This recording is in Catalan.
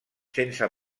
sense